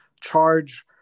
charge